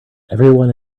everyone